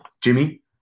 Jimmy